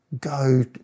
go